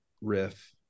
riff